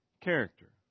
character